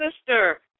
sister